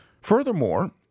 Furthermore